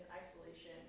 isolation